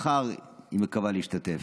מחר היא מקווה להשתתף.